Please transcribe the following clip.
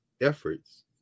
efforts